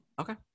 Okay